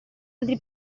altri